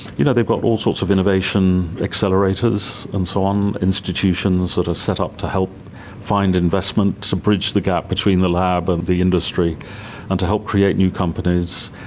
you know, they've got all sorts of innovation accelerators and so on, institutions that are set up to help find investment to bridge the gap between the lab and the industry and to help create new companies,